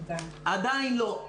עדיין לא.